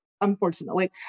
unfortunately